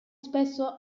spesso